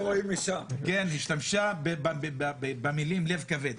מירב השתמשה במילים "לב כבד",